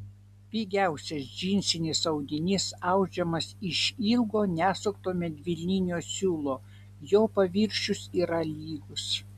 pigiausias džinsinis audinys audžiamas iš ilgo nesukto medvilninio siūlo jo paviršius yra lygus